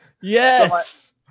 Yes